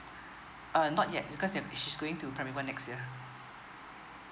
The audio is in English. uh not yet because they're she's going to primary one next year